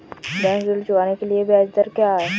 Bank ऋण चुकाने के लिए ब्याज दर क्या है?